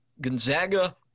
Gonzaga